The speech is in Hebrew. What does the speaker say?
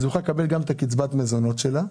תוכל לקבל גם את קצבת מזונות שלה,